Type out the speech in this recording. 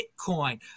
bitcoin